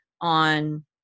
on